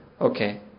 Okay